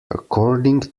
according